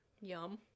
Yum